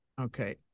Okay